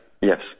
Yes